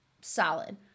solid